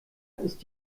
ist